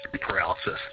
paralysis